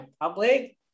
public